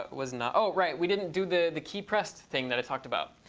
but was not oh, right, we didn't do the the key press thing that i talked about.